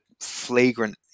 flagrant